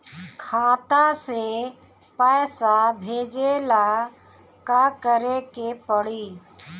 खाता से पैसा भेजे ला का करे के पड़ी?